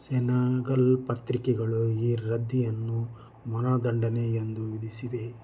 Senegal ಪತ್ರಿಕೆಗಳು ಈ ರದ್ಧತಿಯನ್ನು ಮಾನದಂಡನೆ ಎಂದು ವಿಧಿಸಿದೆ